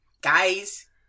guys